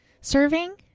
serving